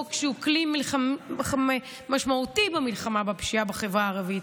חוק שהוא כלי משמעותי במלחמה בפשיעה בחברה הערבית,